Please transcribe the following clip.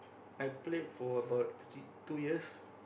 I played for about two three two years